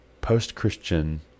post-Christian